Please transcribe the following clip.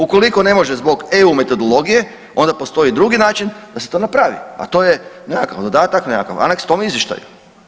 Ukoliko ne može zbog EU metodologije onda postoji drugi način da se to napravi, a to je nekakav dodatak, nekakav aneks tom izvještaju.